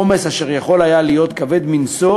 עומס אשר היה יכול להיות כבד מנשוא